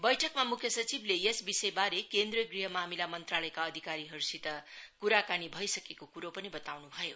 वैठकमा मुख्य सचिवले यस विषयवारे केन्द्रीय गृह मामिला मंत्रालयका अधिकारीहरुसित कुराकानी भइसकेको कुरो पनि वताउनु भयो